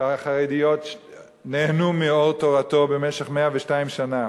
החרדיות נהנו מאור תורתו במשך 102 שנה.